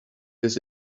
this